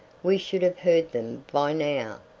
we should have heard them by now.